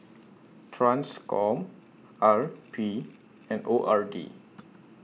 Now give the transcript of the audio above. TRANSCOM R P and O R D